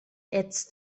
east